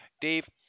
Dave